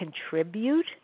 contribute